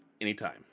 anytime